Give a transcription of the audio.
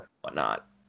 whatnot